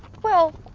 well,